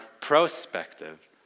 prospective